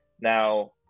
Now